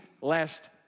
lest